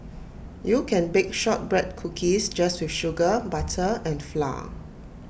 you can bake Shortbread Cookies just with sugar butter and flour